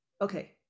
Okay